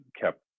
kept